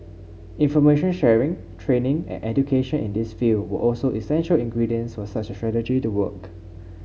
information sharing training and education in this field were also essential ingredients for such a strategy to work